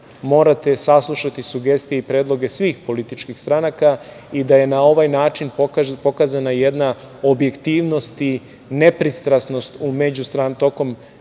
je saslušati, sugestije i predloge svih političkih stranaka i da je na ovaj način pokazana jedna objektivnost i nepristrasnost tokom međustranačkog